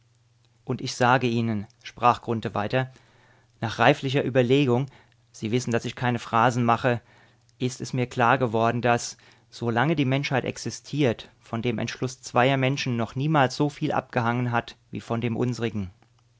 und ich sage ihnen sprach grunthe weiter nach reiflicher überlegung sie wissen daß ich keine phrasen mache ist es mir klar geworden daß solange die menschheit existiert von dem entschluß zweier menschen noch niemals so viel abgehangen hat wie von dem unsrigen